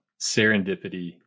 serendipity